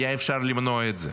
היה אפשר למנוע את זה